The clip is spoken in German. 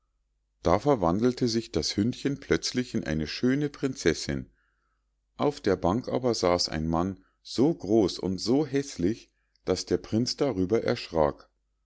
da verwandelte sich das hündchen plötzlich in eine schöne prinzessinn auf der bank aber saß ein mann so groß und so häßlich daß der prinz darüber erschrak